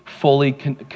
fully